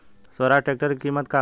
Swaraj tractor के किमत का बा?